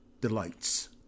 delights